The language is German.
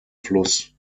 fluss